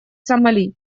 сомали